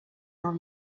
dans